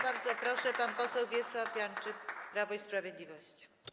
Bardzo proszę, pan poseł Wiesław Janczyk, Prawo i Sprawiedliwość.